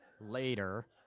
Later